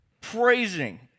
praising